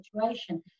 situation